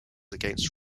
against